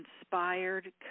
inspired